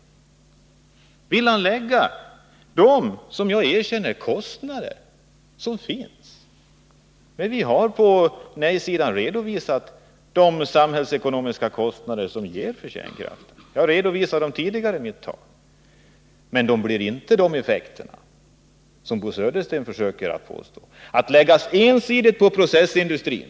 Var vill han lägga de kostnader — jag erkänner också att sådana uppkommer — som finns? Vi på nej-sidan har redovisat de samhällsekonomiska kostnaderna för kärnkraften, och jag har redovisat dem i ett tidigare anförande. Men det är inte — som Bo Södersten här försöker göra gällande — fråga om att man lägger kostnaderna enbart på processindustrin.